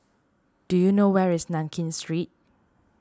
do you know where is Nankin Street